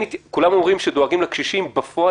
כולם אומרים שדואגים לקשישים אבל בפועל